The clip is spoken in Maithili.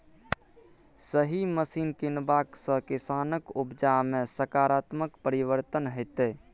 सही मशीन कीनबाक सँ किसानक उपजा मे सकारात्मक परिवर्तन हेतै